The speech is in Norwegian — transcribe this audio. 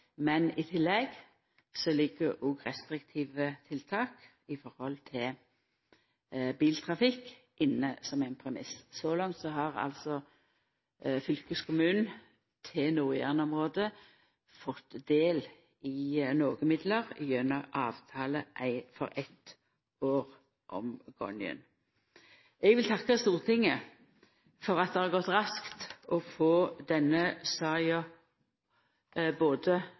I tillegg ligg òg restriktive tiltak i forhold til biltrafikk inne som ein premiss. Så langt har fylkeskommunen for Nord-Jæren-området fått del i nokre midlar gjennom avtale for eitt år om gongen. Eg vil takka Stortinget for at det har gått raskt å få denne saka både